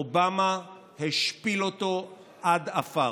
אובמה השפיל אותו עד עפר.